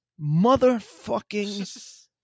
motherfucking